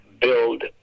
build